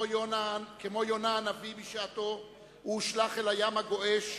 כמו יונה הנביא בשעתו הוא הושלך אל הים הגועש,